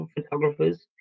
photographers